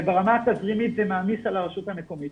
ברמה התזרימית זה מעמיס על הרשות המקומית.